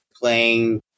playing